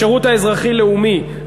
השירות האזרחי-לאומי,